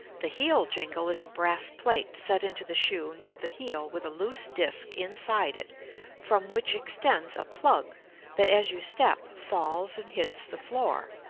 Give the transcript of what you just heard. the heel jingle is a brass plate set into the shoe near the heel with a loose disc inside it from which extends a plug that as you step falls and hits the floor.